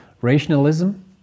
rationalism